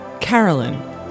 Carolyn